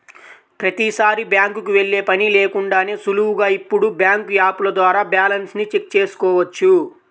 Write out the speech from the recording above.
ప్రతీసారీ బ్యాంకుకి వెళ్ళే పని లేకుండానే సులువుగా ఇప్పుడు బ్యాంకు యాపుల ద్వారా బ్యాలెన్స్ ని చెక్ చేసుకోవచ్చు